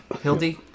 Hildy